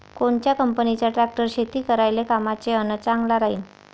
कोनच्या कंपनीचा ट्रॅक्टर शेती करायले कामाचे अन चांगला राहीनं?